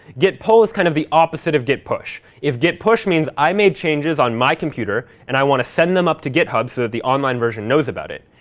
git pull is kind of the opposite of git push. if git push means i made changes on my computer, and i want to send them up to github so that the online version knows about it,